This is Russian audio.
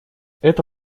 это